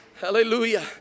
Hallelujah